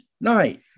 night